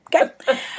Okay